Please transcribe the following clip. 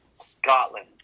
Scotland